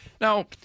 Now